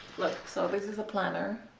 look so this is a planner